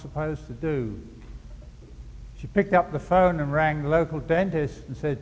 supposed to do she picked up the phone rang the local dentist and said